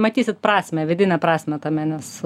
matysit prasmę vidinę prasmę tame nes